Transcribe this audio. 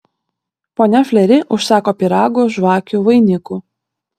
ponia fleri užsako pyragų žvakių vainikų